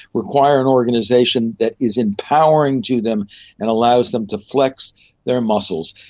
require an organisation that is empowering to them and allows them to flex their muscles.